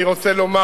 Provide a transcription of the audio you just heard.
אני רוצה לומר,